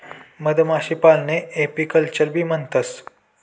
मधमाशीपालनले एपीकल्चरबी म्हणतंस